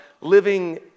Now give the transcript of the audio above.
living